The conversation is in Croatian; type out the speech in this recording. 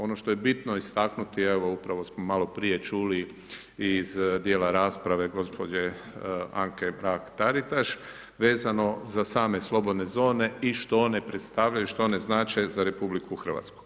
Ono što je bitno istaknuti, evo upravo smo maloprije čuli i iz dijela rasprave gospođe Anke Mrak-Taritaš vezano za same slobodne zone i što one predstavljaju, što one znače za Republiku Hrvatsku.